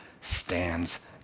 stands